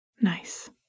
Nice